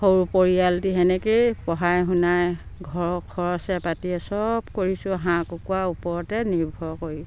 সৰু পৰিয়ালটি সেনেকেই পঢ়াই শুনাই ঘৰ খৰছে পাতি চব কৰিছোঁ হাঁহ কুকুাৰ ওপৰতে নিৰ্ভৰ কৰি